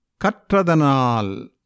Katradanal